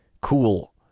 cool